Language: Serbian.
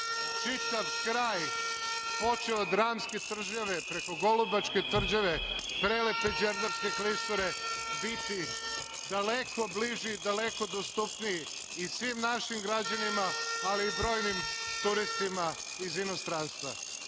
čitav kraj, počev od Ramske tvrđave, preko Golubačke tvrđave, prelepe Đerdapske klisure, biti daleko bliži, daleko dostupniji i svim našim građanima, ali i brojnim turistima iz inostranstva. Još